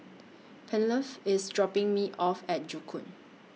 IS dropping Me off At Joo Koon